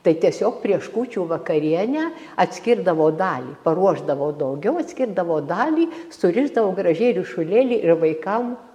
tai tiesiog prieš kūčių vakarienę atskirdavo dalį paruošdavo daugiau atskirdavo dalį surišdavo gražiai ryšulėlį ir vaikam